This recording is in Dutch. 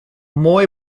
mooi